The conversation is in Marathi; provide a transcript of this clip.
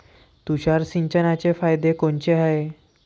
तुषार सिंचनाचे फायदे कोनचे हाये?